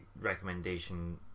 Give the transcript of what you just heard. recommendation